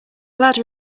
ladder